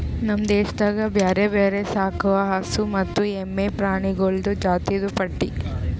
ನಮ್ ದೇಶದಾಗ್ ಬ್ಯಾರೆ ಬ್ಯಾರೆ ಸಾಕವು ಹಸು ಮತ್ತ ಎಮ್ಮಿ ಪ್ರಾಣಿಗೊಳ್ದು ಜಾತಿದು ಪಟ್ಟಿ